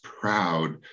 proud